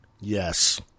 Yes